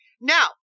now